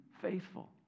faithful